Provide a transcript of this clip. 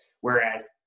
Whereas